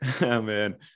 man